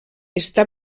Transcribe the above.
està